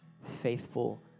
faithful